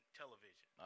television